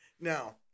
now